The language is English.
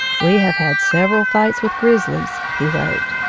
we have had several fights with griz zlies, he wrote.